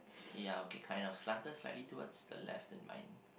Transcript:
ya okay kind of slanted slightly towards the left than mine